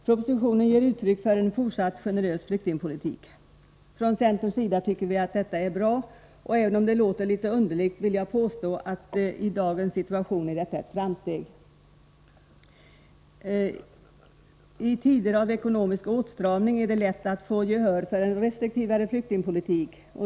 Propositionen ger uttryck för en fortsatt generös flyktingpolitik. Från centerns sida tycker vi detta är bra, och även om det låter litet underligt, vill jag påstå att det i dagens situation är ett framsteg. I tider av ekonomisk åtstramning är det lätt att få gehör för en restriktivare flyktingpolitik.